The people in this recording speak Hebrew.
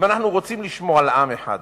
אם אנחנו רוצים לשמור על עם אחד